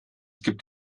gibt